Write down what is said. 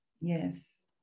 Yes